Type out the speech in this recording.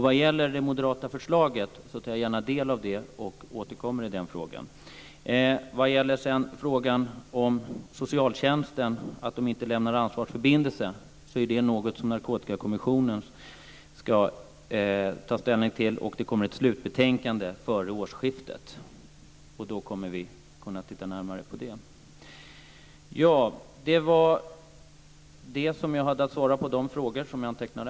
Vad gäller det moderata förslaget tar jag gärna del av det och återkommer i den frågan. Vad sedan gäller frågan om att socialtjänsten inte lämnar ansvarsförbindelse är det något som Narkotikakommissionen ska ta ställning till. Det kommer ett slutbetänkande före årsskiftet, och då kommer vi att kunna titta närmare på det. Det var vad jag hade att svara på de frågor som jag antecknade.